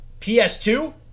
PS2